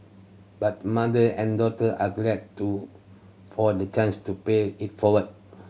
but mother and daughter are glad to for the chance to pay it forward